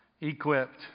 equipped